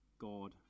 God